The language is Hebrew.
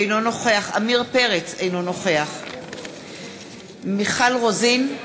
אינו נוכח עמיר פרץ, אינו נוכח מיכל רוזין,